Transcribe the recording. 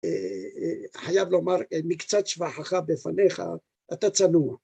‫חייב לומר, מקצת שבחך בפניך, ‫אתה צנוע.